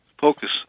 focus